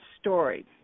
story